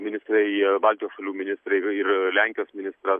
ministrai baltijos šalių ministrai ir ir lenkijos ministras